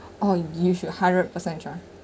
oh you should hundred percent try